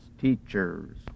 teachers